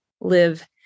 live